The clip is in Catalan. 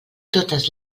totes